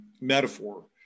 metaphor